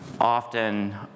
often